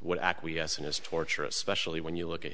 what acquiesce in his torture especially when you look at